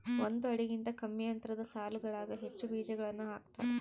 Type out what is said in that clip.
ಒಂದು ಅಡಿಗಿಂತ ಕಮ್ಮಿ ಅಂತರದ ಸಾಲುಗಳಾಗ ಹೆಚ್ಚು ಬೀಜಗಳನ್ನು ಹಾಕ್ತಾರ